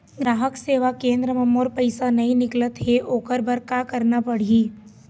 ग्राहक सेवा केंद्र म मोर पैसा नई निकलत हे, ओकर बर का करना पढ़हि?